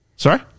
Sorry